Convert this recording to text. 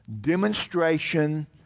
demonstration